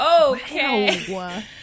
Okay